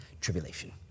tribulation